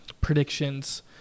predictions